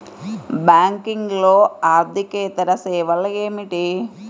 బ్యాంకింగ్లో అర్దికేతర సేవలు ఏమిటీ?